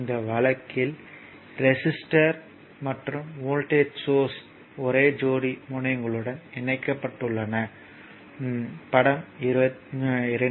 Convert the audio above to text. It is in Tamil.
இந்த வழக்கில் ரெசிஸ்டர் மற்றும் வோல்டேஜ் சோர்ஸ் ஒரே ஜோடி முனையங்களுடன் இணைக்கப்பட்டுள்ளன படம் 2